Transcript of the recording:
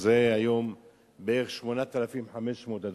שזה היום בערך 8,500 שקלים,